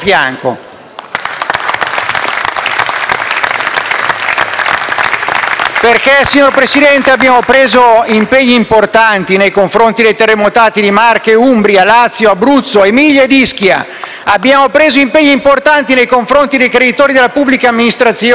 Infatti, signor Presidente, abbiamo preso impegni importanti nei confronti dei terremotati di Marche, Umbria, Lazio, Abruzzo, Emilia-Romagna e di Ischia, abbiamo preso impegni importanti nei confronti dei creditori della pubblica amministrazione